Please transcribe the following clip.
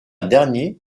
dernier